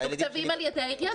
הם מתוקצבים על ידי העירייה,